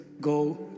go